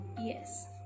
Yes